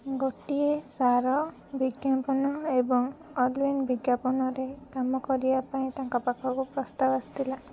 ଗୋଟିଏ ସାର ବିଜ୍ଞାପନ ଏବଂ ଅଲିନ୍ ବିଜ୍ଞାପନରେ କାମ କରିବା ପାଇଁ ତାଙ୍କ ପାଖକୁ ପ୍ରସ୍ତାବ ଆସିଥିଲା